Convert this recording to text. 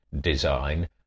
design